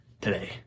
today